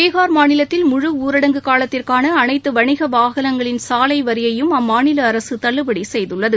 பீகார் மாநிலத்தில் முழு ஊரடங்கு காலத்திற்கான அனைத்து வணிக வாகனங்களின் சாலை வரியையும் அம்மாநில அரசு தள்ளுபடி செய்துள்ளது